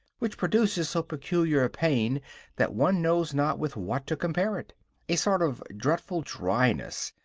which produces so peculiar a pain that one knows not with what to compare it a sort of dreadful dryness,